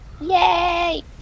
Yay